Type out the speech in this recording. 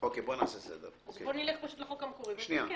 בוא נלך לחוק המקורי, נתקן לחודש.